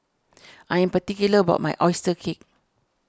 I am particular about my Oyster Cake